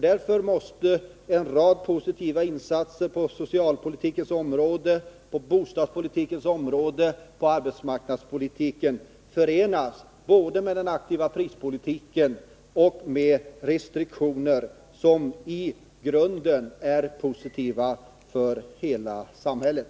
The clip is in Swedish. Därför måste en rad positiva insatser inom socialpolitiken, bostadspolitiken och arbetsmarknadspolitiken förenas både med den aktiva prispolitiken och med restriktioner, som i grunden är positiva för hela samhället.